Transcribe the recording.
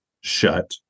shut